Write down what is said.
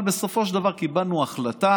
אבל בסופו של דבר קיבלנו החלטה